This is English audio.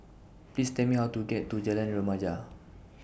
Please Tell Me How to get to Jalan Remaja